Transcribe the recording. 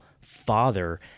father